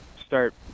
start